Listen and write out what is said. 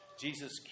Jesus